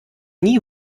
nie